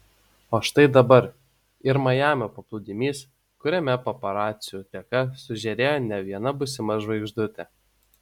o štai dabar ir majamio paplūdimys kuriame paparacių dėka sužėrėjo ne viena būsima žvaigždutė